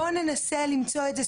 בואי ננסה למצוא את זה",